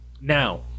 Now